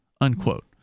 unquote